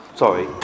Sorry